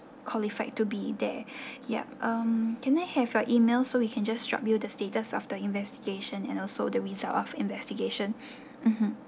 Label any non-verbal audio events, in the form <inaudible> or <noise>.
qualified to be there <breath> yup um can I have your email so we can just drop you the status of the investigation and also the result of investigation <breath> mmhmm